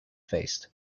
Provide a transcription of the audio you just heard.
faced